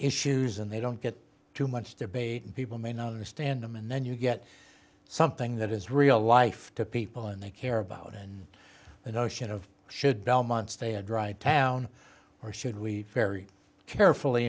issues and they don't get too much debate and people may know the stand and then you get something that is real life to people and they care about it and the notion of should belmont stay a dry town or should we very carefully